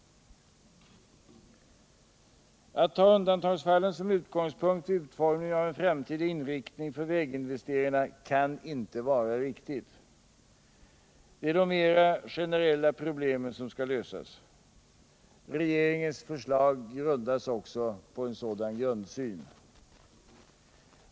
Att ta undantagsfallen som utgångspunkt vid utformningen av en framtida inriktning av väginvesteringarna kan inte vara riktigt. Det är de mer generella problemen som skall lösas. Regeringens förslag baseras också på en sådan grundsyn.